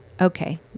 okay